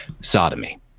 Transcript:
sodomy